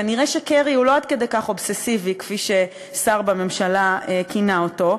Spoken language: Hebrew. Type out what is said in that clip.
כנראה קרי הוא לא עד כדי כך אובססיבי כפי ששר בממשלה כינה אותו.